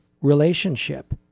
relationship